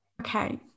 Okay